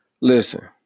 Listen